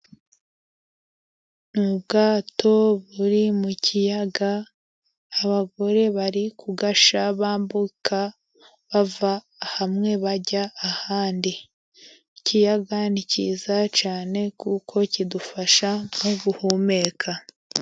Ni ubwato buri mu kiyaga abagore bari kugasha bambuka bava hamwe bajya ahandi. Ikiyaga ni cyiza cyane kuko kidufasha nko guhumeka.